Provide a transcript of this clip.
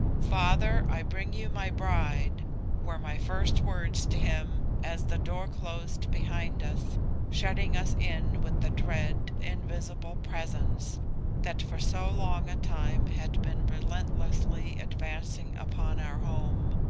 father, i bring you my bride were my first words to him as the door closed behind us shutting us in with the dread, invisible presence that for so long a time had been relentlessly advancing upon our home.